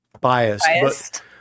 biased